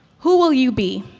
who will you be?